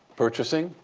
purchasing?